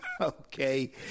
okay